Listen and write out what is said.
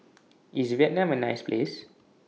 IS Vietnam A nice Place